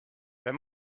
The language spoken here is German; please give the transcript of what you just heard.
wenn